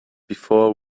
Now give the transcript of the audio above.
before